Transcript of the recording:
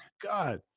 God